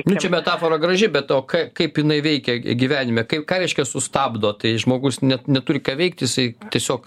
nu ši metafora graži bet o ką kaip jinai veikia gyvenime kaip ką reiškia sustabdo tai žmogus net neturi ką veikti jisai tiesiog